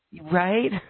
Right